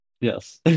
Yes